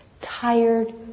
tired